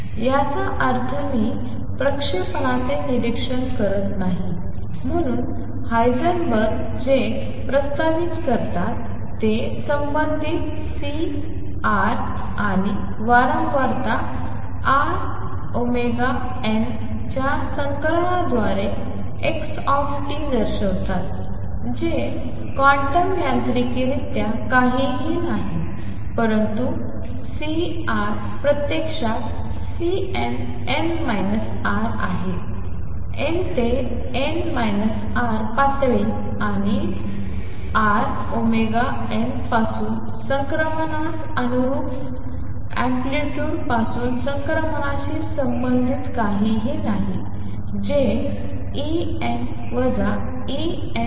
याचा अर्थ मी प्रक्षेपणाचे निरीक्षण करत नाही म्हणून हायसेनबर्ग जे प्रस्तावित करतात ते संबंधित C τ आणि वारंवारता τωnच्या संकलनाद्वारे x दर्शवतात जे क्वांटम यांत्रिकरित्या काहीही नाही परंतु C प्रत्यक्षात Cnn τ आहे n ते n τ पातळी आणि τω पासून संक्रमणास अनुरूप मोठेपणा पासून संक्रमणाशी संबंधित काहीही नाही जे En En τ ℏ